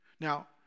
Now